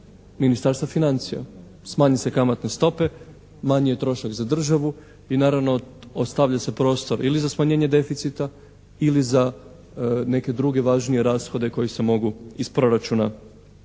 Ministarstva financija, smanjiti se kamatne stope, manji je trošak za državu i naravno ostavlja se prostor ili za smanjenje deficita ili za neke druge važnije rashode koji se mogu iz proračuna